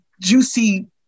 juicy